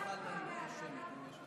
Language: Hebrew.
אנחנו עוברים להצבעה שמית.